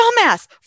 dumbass